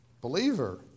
believer